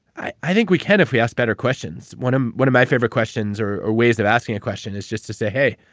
i i think we can if we ask better questions. one um one of my favorite questions or or ways of asking a question is just to say, hey,